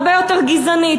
הרבה יותר גזענית,